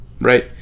right